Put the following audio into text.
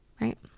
right